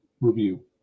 review